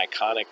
iconic